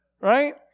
right